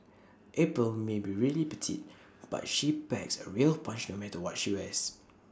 April may be really petite but she packs A real punch no matter what she wears